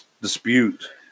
dispute